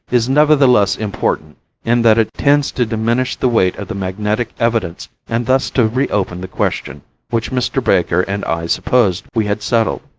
is nevertheless important in that it tends to diminish the weight of the magnetic evidence and thus to reopen the question which mr. baker and i supposed we had settled.